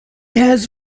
has